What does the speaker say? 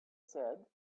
said